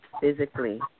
physically